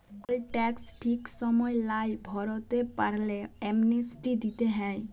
call tax ঠিক সময় লায় ভরতে পারল্যে, অ্যামনেস্টি দিতে হ্যয়